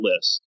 list